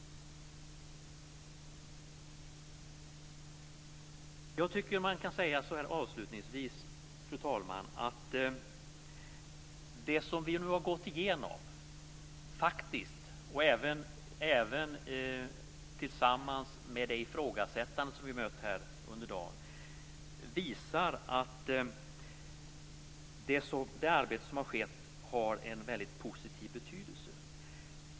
Jag tycker, fru talman, att man avslutningsvis kan säga att det som vi nu har gått igenom, tillsammans med det ifrågasättande som vi mött under dagen, visar att det arbete som har skett har en mycket positiv betydelse.